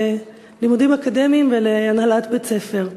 ללימודים אקדמיים ולהנהלת בית-ספר,